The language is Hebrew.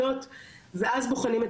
בדיוק כמו שתיארתי קודם,